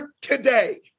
today